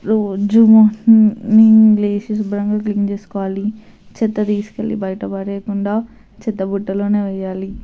రోజు మార్నింగ్ లేసి శుభ్రంగా క్లీన్ చేసుకోవాలి చెత్త తీసుకెళ్ళి బయట పడేయకుండా చెత్తబుట్ట లోనే వేయాలి